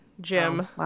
Jim